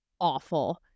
awful